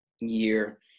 year